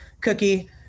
cookie